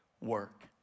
work